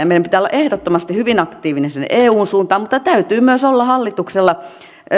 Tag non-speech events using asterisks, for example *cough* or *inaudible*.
*unintelligible* meidän pitää olla ehdottomasti hyvin aktiivinen sinne eun suuntaan mutta täytyy myös olla hallituksella